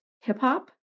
hip-hop